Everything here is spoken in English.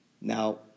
Now